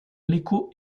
l’écho